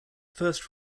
first